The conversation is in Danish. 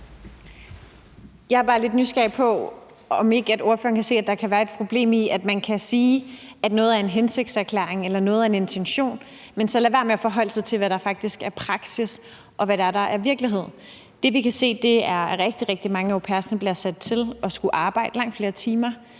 lidt nysgerrig på, om ordføreren ikke kan se, at der kan være et problem i, at man kan sige, at noget er en hensigtserklæring, eller at noget er en intention, men så lade være med at forholde sig til, hvad der faktisk er praksis, og hvad der er virkelighed. Det, vi kan se, er, at rigtig mange af au pairerne bliver sat til at skulle arbejde langt flere timer